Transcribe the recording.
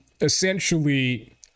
essentially